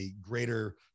greater